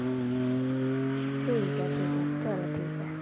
ठीक ऐ ठीक ऐ चलो ठीक ऐ